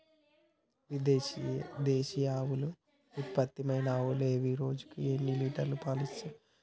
దేశీయ ఆవుల ఉత్తమమైన ఆవులు ఏవి? రోజుకు ఎన్ని లీటర్ల పాలు ఇస్తాయి?